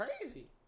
crazy